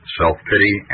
self-pity